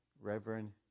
Reverend